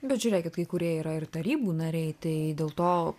bet žiūrėkit kai kurie yra ir tarybų nariai tai dėl to